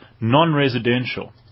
non-residential